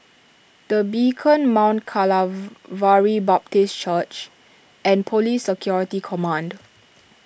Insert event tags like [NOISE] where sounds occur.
the Beacon Mount [UNINTELLIGIBLE] vary Baptist Church and Police Security Command